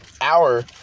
hour